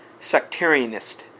sectarianist